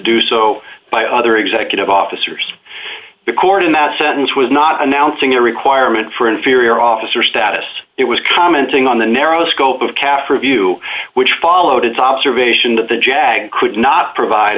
do so by other executive officers the court in that sentence was not announcing a requirement for inferior officer status it was commenting on the narrow scope of kaffir view which followed its observation that the jag could not provide